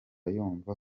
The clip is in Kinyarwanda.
yumva